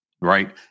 right